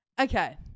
Okay